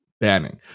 banning